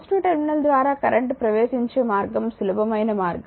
positive terminal ద్వారా current ప్రవేశించే మార్గం సులభమైన మార్గం